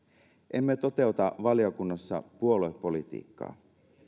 emme toteuta valiokunnassa puoluepolitiikkaa